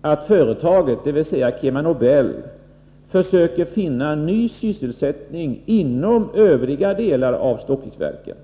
att företaget, dvs. KemaNobel, försöker finna ny sysselsättning inom övriga delar av Stockviksverken.